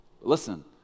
Listen